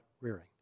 rearing